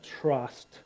trust